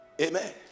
Amen